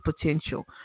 potential